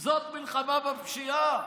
זאת מלחמה בפשיעה?